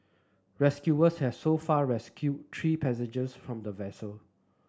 rescuers has so far rescued three passengers from the vessel